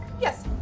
Yes